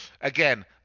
again